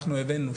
אנחנו הבאנו,